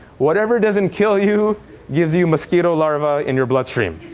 whatever doesn't kill you gives you mosquito larva in your bloodstream.